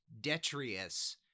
detrius